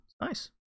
nice